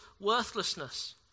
worthlessness